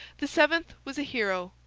the seventh was a hero,